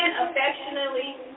affectionately